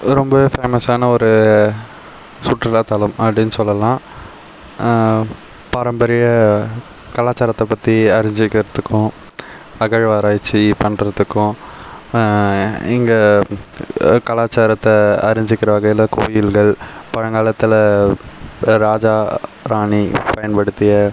ரொம்பவே ஃபேமஸ் ஆன ஒரு சுற்றுலா தலம் அப்படின்னு சொல்லலாம் பாரம்பரிய கலாச்சாரத்தை பற்றி அரிஞ்சிகிறதுக்கும் அகழ்வாராய்ச்சி பண்ணுறதுக்கும் எங்கள் கலாச்சாரத்தை அறிந்துகிற வகையில கோவில்கள் பழங்காலத்தில் ராஜா ராணி பயன்படுத்திய